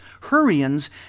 Hurrians